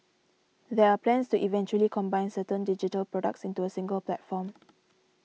there are plans to eventually combine certain digital products into a single platform